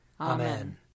Amen